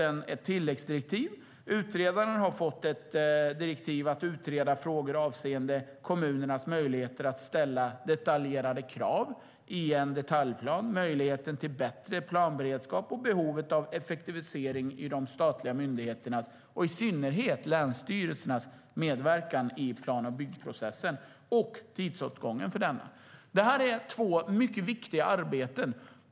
Jag har gett utredaren ett tilläggsdirektiv att utreda frågor avseende kommunernas möjligheter att ställa detaljerade krav i detaljplaner, möjligheten till bättre planberedskap och behovet av effektivisering av de statliga myndigheternas och i synnerhet länsstyrelsernas medverkan i plan och byggprocessen samt tidsåtgången för denna. Detta är två mycket viktiga arbeten.